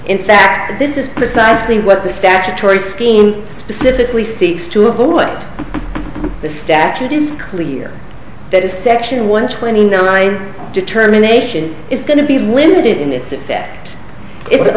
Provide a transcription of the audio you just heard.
in fact this is precisely what the statutory scheme specifically seeks to avoid the statute is clear that is section one twenty nine determination is going to be limited in its effect i